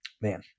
Man